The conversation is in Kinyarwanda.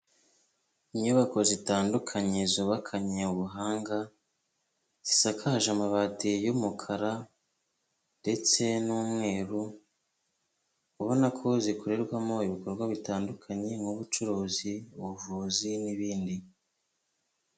Inyubako zitandukanye zubakanye ubuhanga zisakaje amabati y'umukara ndetse n'umweru ubona ko zikorerwamo ibikorwa bitandukanye nk'ubucuruzi ubuvuzi n'ibindi.